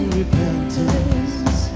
repentance